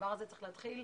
הדבר הזה צריך להתחיל,